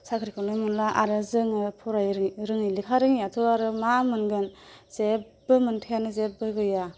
साख्रिखौनो मोनला आरो जोङो फरायै रोङै लेखा रोङैयाथ' आरो मा मोनगोन जेबो मोन्थायानो जेबो गैया